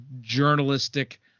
journalistic